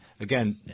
again